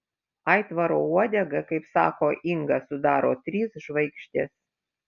aitvaro uodegą kaip sako inga sudaro trys žvaigždės